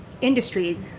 industries